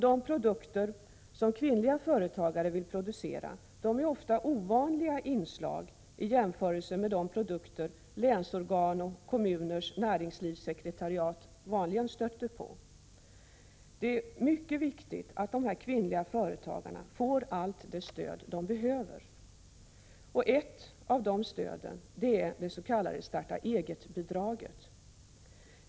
De produkter som kvinnliga företagare vill producera är ofta ovanliga inslag i jämförelse med de produkter som länsorgan och kommuners näringslivssekretariat vanligen stöter på. Det är mycket viktigt att dessa kvinnliga företagare får allt det stöd de behöver. Ett av de stöden är det s.k. starta-eget-bidraget.